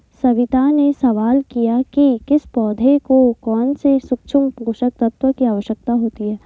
सविता ने सवाल किया कि किस पौधे को कौन से सूक्ष्म पोषक तत्व की आवश्यकता होती है